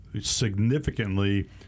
significantly